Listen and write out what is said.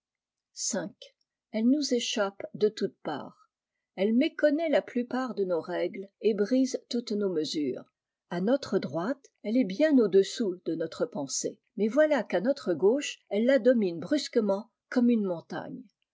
elle nous échappe de toutes parts elle méconnaît la plupart de nos règles et brise toutes nos mesures a notre droite elle est bien au-dessous de notre pensée mais voilà qu'à notre gauche elle la domine brusquement comme une montagne